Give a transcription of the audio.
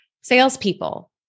salespeople